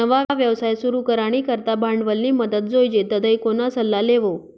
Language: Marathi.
नवा व्यवसाय सुरू करानी करता भांडवलनी मदत जोइजे तधय कोणा सल्ला लेवो